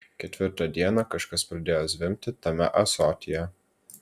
ketvirtą dieną kažkas pradėjo zvimbti tame ąsotyje